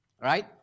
Right